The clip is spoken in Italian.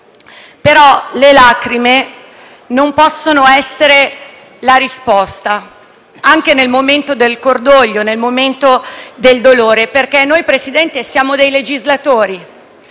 ma le lacrime non possono essere la risposta anche nel momento del cordoglio e del dolore. Noi, signor Presidente, siamo dei legislatori